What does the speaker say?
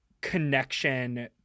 connection